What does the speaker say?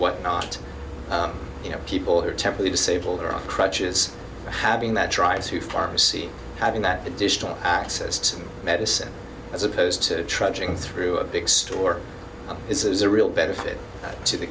whatnot you know people who are temporary disabled or on crutches having that drs who pharmacy having that additional access to medicine as opposed to trudging through a big store is a real benefit to the